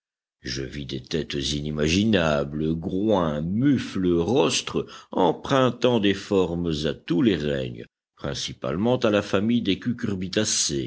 je vis des têtes inimaginables groins mufles rostres empruntant des formes à tous les règnes principalement à la famille des cucurbitacées